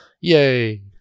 Yay